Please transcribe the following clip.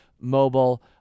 mobile